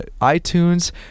iTunes